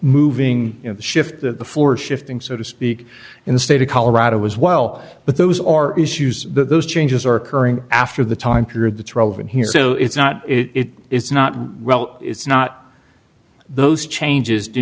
moving to shift the floor shifting so to speak in the state of colorado as well but those are issues that those changes are occurring after the time period that's relevant here so it's not it it's not well it's not those changes do